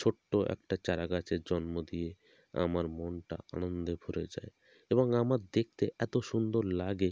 ছোট্টো একটা চারাগাছের জন্ম দিয়ে আমার মনটা আনন্দে ভরে যায় এবং আমার দেখতে এতো সুন্দর লাগে